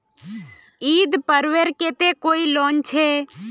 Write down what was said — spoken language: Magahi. ईद पर्वेर केते कोई लोन छे?